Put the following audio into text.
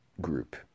group